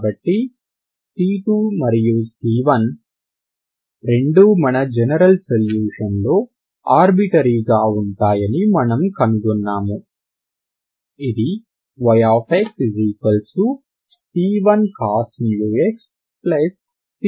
కాబట్టి c2 మరియు c1 రెండూ మన జెనెరల్ సొల్యూషన్ లో ఆర్బిటరీ గా ఉంటాయని మనం కనుగొన్నాము ఇది yxc1cos μx c2 sin⁡μx అవుతుంది